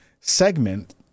segment